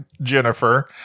Jennifer